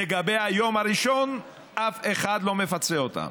לגבי היום הראשון, אף אחד לא מפצה אותם,